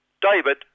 David